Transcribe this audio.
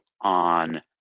on